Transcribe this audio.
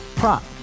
prop